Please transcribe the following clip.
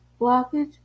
blockage